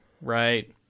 Right